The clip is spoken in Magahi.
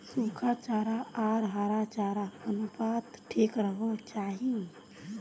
सुखा चारा आर हरा चारार अनुपात ठीक रोह्वा चाहि